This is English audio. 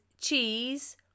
cheese